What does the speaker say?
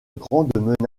grande